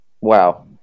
Wow